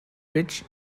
which